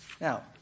Now